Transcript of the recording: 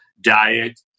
diet